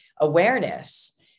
awareness